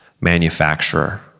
manufacturer